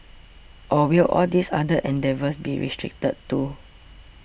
or will all these other endeavours be restricted too